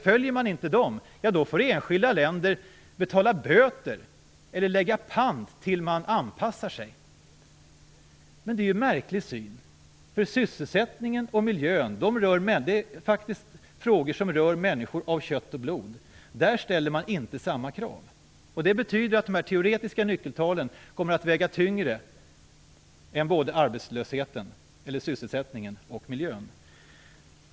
Följer man inte dem får enskilda länder betala böter eller lägga pant till dess de anpassar sig. Det är en märklig syn. Sysselsättningen och miljön är frågor som rör människor av kött och blod. Där ställer man inte samma krav. Det betyder att de teoretiska nyckeltalen kommer att väga tyngre än både sysselsättningen och miljön.